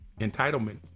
entitlement